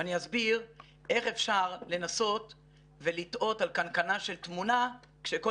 ואני אסביר איך אפשר לנסות ולתהות על קנקנה של תמונה כשכל